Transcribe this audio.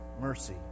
mercy